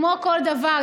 כמו כל דבר,